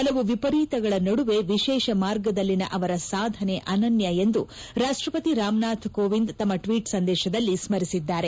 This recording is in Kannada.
ಪಲವು ವಿಪರೀತಗಳ ನಡುವೆ ವಿಶೇಷ ಮಾರ್ಗದಲ್ಲಿನ ಅವರ ಸಾಧನೆ ಅನನ್ನ ಎಂದು ರಾಷ್ಟಪತಿ ರಾಮನಾಥ್ ಕೋವಿಂದ್ ತಮ್ನ ಟ್ವೀಟ್ ಸಂದೇಶದಲ್ಲಿ ಸ್ನರಿಸಿದ್ದಾರೆ